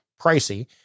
pricey